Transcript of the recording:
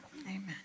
Amen